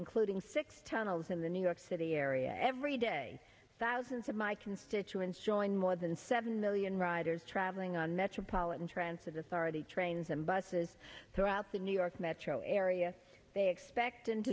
including six tunnels in the new york city area every day thousands of my constituents join more than seven million riders traveling on metropolitan transit authority trains and buses throughout the new york metro area they expect and